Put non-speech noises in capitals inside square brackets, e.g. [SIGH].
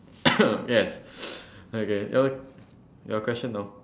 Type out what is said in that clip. [COUGHS] yes [BREATH] okay your your question now